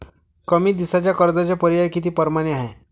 कमी दिसाच्या कर्जाचे पर्याय किती परमाने हाय?